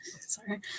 Sorry